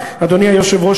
אדוני היושב-ראש,